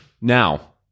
Now